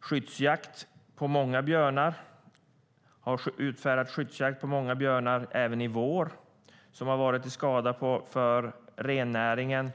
skyddsjakt på många björnar. Även i vår har det utfärdats skyddsjakt på många björnar som har varit till skada för rennäringen.